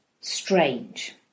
strange